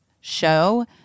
show